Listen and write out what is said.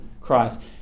christ